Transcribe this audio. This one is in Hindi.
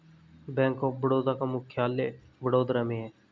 बैंक ऑफ बड़ौदा का मुख्यालय वडोदरा में है